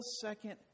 second